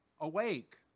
Awake